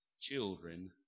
children